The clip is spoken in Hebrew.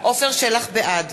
בעד